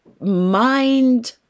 mind